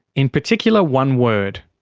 in particular, one word.